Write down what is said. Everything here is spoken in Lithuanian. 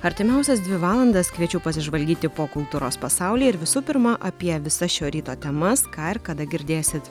artimiausias dvi valandas kviečiu pasižvalgyti po kultūros pasaulį ir visų pirma apie visas šio ryto temas ką ir kada girdėsit